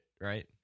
right